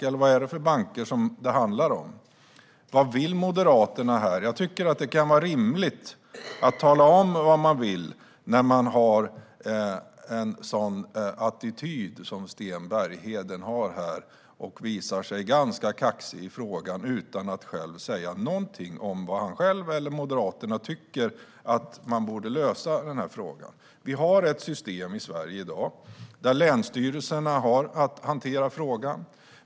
Vilka banker handlar det om? Vad vill Moderaterna här? Jag tycker att det kan vara rimligt att tala om vad man vill när man har den attityd Sten Bergheden har här. Han visar sig ganska kaxig i frågan utan att säga någonting om hur han själv eller Moderaterna tycker att man borde lösa den. Vi har ett system i Sverige i dag där länsstyrelserna har att hantera frågan.